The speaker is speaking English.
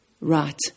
Right